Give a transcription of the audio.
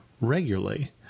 regularly